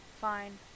Fine